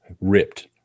Ripped